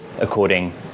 according